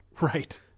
Right